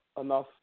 enough